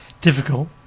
difficult